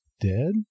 dead